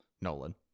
Nolan